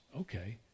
okay